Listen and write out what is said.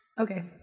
okay